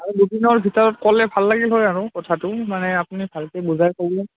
আৰু দুদিনৰ ভিতৰত ক'লে ভাল লাগিল হয় আৰু কথাটো মানে আপুনি ভালকৈ বুজাই ক'ব